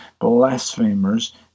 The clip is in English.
blasphemers